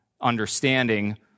understanding